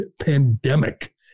pandemic